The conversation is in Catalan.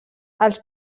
als